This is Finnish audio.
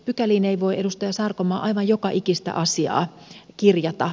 pykäliin ei voi edustaja sarkomaa aivan joka ikistä asiaa kirjata